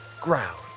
ground